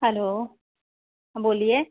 hello हाँ बोलिए